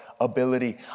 ability